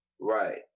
Right